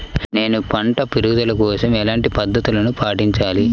నేను పంట పెరుగుదల కోసం ఎలాంటి పద్దతులను పాటించాలి?